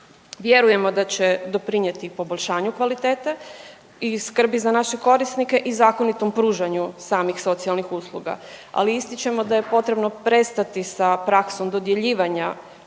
Vjerujemo da će doprinijeti poboljšanju kvalitete i skrbi za naše korisnike i zakonitom pružanju samih socijalnih usluga. Ali ističemo da je potrebno prestati sa praksom dodjeljivanja